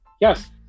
Yes